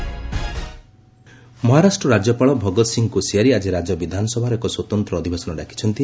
ମହା floor test Maharashtra ରାଜ୍ୟପାଳ ଭଗତ୍ ସିଂହ କୋସିଆରି ଆଜି ରାଜ୍ୟ ବିଧାନସଭାର ଏକ ସ୍ୱତନ୍ତ୍ର ଅଧିବେଶନ ଡାକିଛନ୍ତି